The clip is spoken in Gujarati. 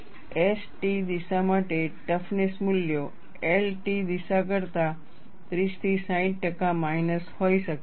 S T દિશા માટે ટફનેસ મૂલ્યો L T દિશા કરતા 30 થી 60 ટકા માઇનસ હોઈ શકે છે